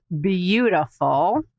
beautiful